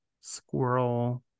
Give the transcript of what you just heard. Squirrel